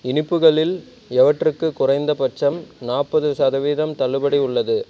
இனிப்புகளில் எவற்றுக்கு குறைந்தபட்சம் நாற்பது சதவீதம் தள்ளுபடி உள்ளது